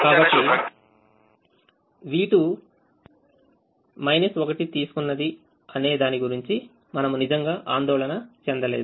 కాబట్టి v2 1 తీసుకున్నది అనేదాని గురించి మనము నిజంగా ఆందోళన చెందలేదు